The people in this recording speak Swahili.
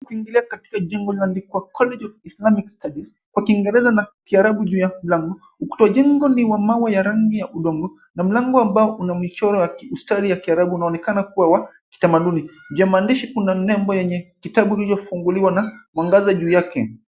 Kuingilia katika jengo linaloandikwa, College of Islamic Studies kwa Kiingereza na Kiarabu juu ya mlango. Ukuta wa jengo ni wa mawe ya rangi ya udongo na mlango ambao una mchoro wa kiistari ya Kiarabu unaonekana kuwa wa kitamaduni. Juu ya maandishi kuna nembo yenye kitabu kilichofunguliwa na mwangaza juu yake.